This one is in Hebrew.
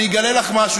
אני אגלה לך משהו,